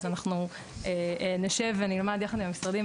אז אנחנו נשב ונלמד יחד עם המשרדים,